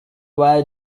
why